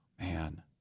Man